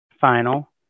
final